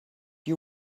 you